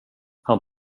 han